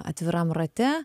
atviram rate